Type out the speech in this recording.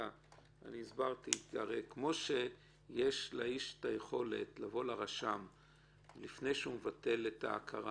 הסברתי שזה כמו שיש לאיש יכולת לבוא לרשם לפני שהוא מבטל את ההכרה